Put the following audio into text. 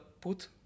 put